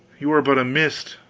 you are but a mist,